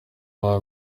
uwa